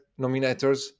nominators